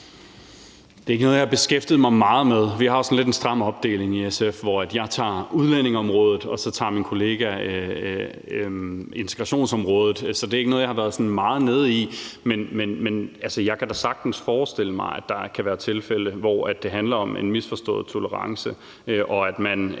Det er ikke noget, jeg har beskæftiget mig meget med. Vi har en sådan lidt stram opdeling i SF, hvor jeg tager udlændingeområdet, og så tager min kollega integrationsområdet. Så det er ikke noget, jeg har været meget nede i, men jeg kan da sagtens forestille mig, at der kan være tilfælde, hvor det handler om en misforstået tolerance, og at man